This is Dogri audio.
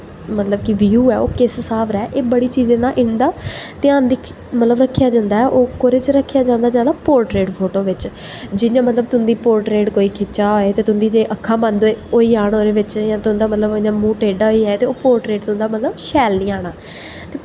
मतलब कि व्यू ऐ ओह् किस स्हाब दा ऐ ते बड़ी चीज़ें दा इं'दा मतलब कि ध्यान रखेआ जंदा ऐ ओह् कोह्दे च रखेआ जंदा ऐ ओह् पोर्ट्रेट फोटो बिच जियां मतलब तुं'दी पोर्ट्रेट कोई खिच्चा दा ऐ ते तुं'दे जे अक्खां बंद होई जान ओह्दे बिच ते तुं'दा मुंह मतलब टेढ़ा होई जाए ते मतलब ओह् पोर्ट्रेट तुं'दा मतलब शैल निं आना